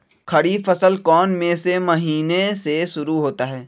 खरीफ फसल कौन में से महीने से शुरू होता है?